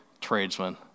tradesmen